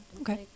Okay